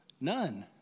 None